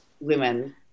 women